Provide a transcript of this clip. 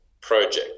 project